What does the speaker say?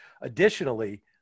Additionally